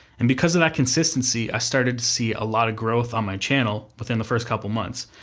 and because of that consistency i started to see a lot of growth on my channel within the first couple months,